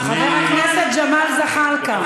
חבר הכנסת ג'מאל זחאלקה.